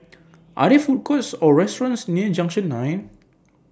Are There Food Courts Or restaurants near Junction nine